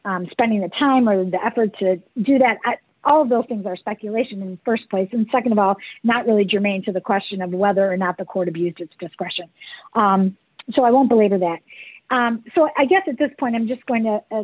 in spending the time or the effort to do that all of those things are speculation in st place and nd of all not really germane to the question of whether or not the court abused its discretion so i don't believe that so i guess at this point i'm just going to